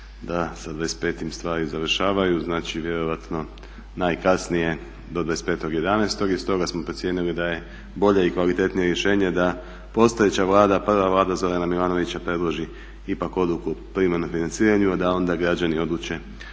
i petim stvari završavaju. Znači vjerojatno najkasnije do 25.11. i stoga smo procijenili da je bolje i kvalitetnije rješenje da postojeća Vlada, prva Vlada Zorana Milanovića predloži ipak odluku o privremenom financiranju, a da onda građani odluče